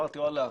אמרתי: וואלה,